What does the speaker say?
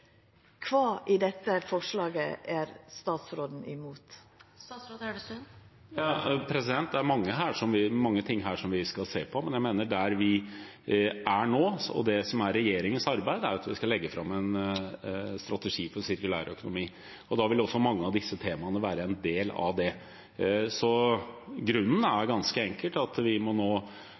Kva i dette forslaget er statsråden mot? Det er mange ting her som vi skal se på. Men der vi er nå – og det som er regjeringens arbeid – er at vi skal legge fram en strategi for sirkulær økonomi, og da vil også mange av disse temaene være en del av det. Så grunnen er ganske enkelt at vi har hatt en avfallsstrategi, og nå